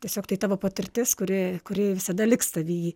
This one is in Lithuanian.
tiesiog tai tavo patirtis kuri kuri visada liks tavy